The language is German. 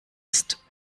ist